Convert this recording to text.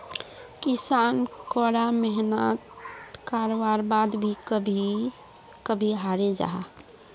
किसान करा मेहनात कारवार बाद भी कभी कभी हारे जाहा